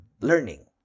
learning